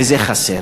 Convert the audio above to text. וזה חסר.